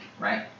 right